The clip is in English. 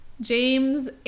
James